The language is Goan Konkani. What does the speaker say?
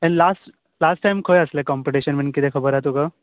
आनी लास्ट लास्ट टायम खंय आसलें काॅम्पिटीशन बीन कितें खबर आसा तुका